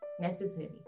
necessary